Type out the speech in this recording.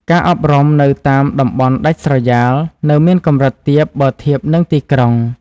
ការអប់រំនៅតាមតំបន់ដាច់ស្រយាលនៅមានកម្រិតទាបបើធៀបនឹងទីក្រុង។